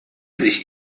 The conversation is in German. sich